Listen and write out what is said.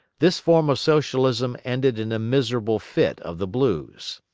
this form of socialism ended in a miserable fit of the blues.